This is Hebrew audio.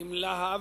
עם "להב"